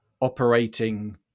operating